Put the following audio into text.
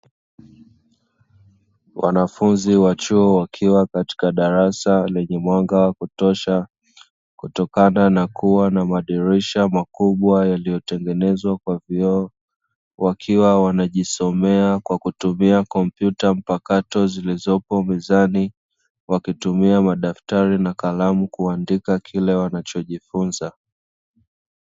Wanafunzi wa chuo, wakiwa katika darasa lenye mwanga wa kutosha kutokana na kuwa na madirisha makubwa yaliyotengenezwa kwa vioo, wakiwa wanajisomea kwa kutumia kompyuta mpakato zilizopo mezani, wakitumia madaftari na kalamu kuandika kile wanachojifunza.